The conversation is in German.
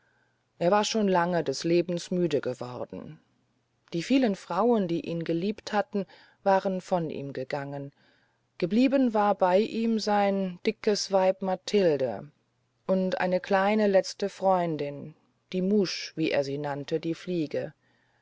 er war schon lange des lebens müde geworden die vielen frauen die ihn geliebt hatten waren von ihm gegangen geblieben war bei ihm sein dickes weib mathilde und eine kleine letzte freundin die mouche wie er sie nannte die fliege